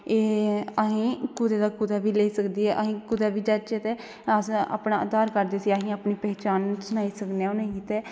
एह् अंसें गी कुदे बी लेई सकदी ऐ असेंगी कुदे बी जाह्चे ते अस अपना आधार कार्ड दस्सी अस अपनी पहचान सनाई सकने हा उनेंगी ते